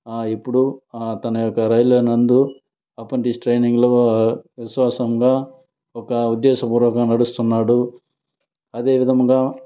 ఇప్పుడు తన యొక్క రైల్వే నందు అప్రెంటిస్ ట్రైనింగ్లో విశ్వాసంగా ఒక ఉద్దేశపూర్వకంగా నడుస్తున్నాడు అదేవిధముగా